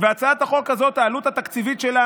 והצעת החוק הזאת, העלות התקציבית שלה